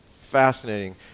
fascinating